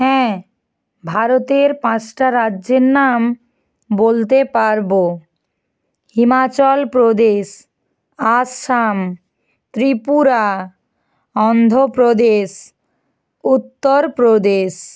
হ্যাঁ ভারতের পাঁচটা রাজ্যের নাম বলতে পারবো হিমাচল প্রদেশ আসাম ত্রিপুরা অন্ধ্র প্রদেশ উত্তর প্রদেশ